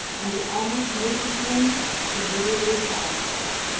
and the honest newfoundland immediately follows him.